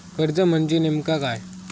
कर्ज म्हणजे नेमक्या काय?